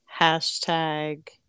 hashtag